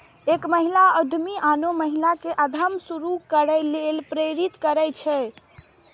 एक महिला उद्यमी आनो महिला कें उद्यम शुरू करै लेल प्रेरित करै छै